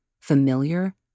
familiar